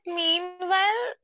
meanwhile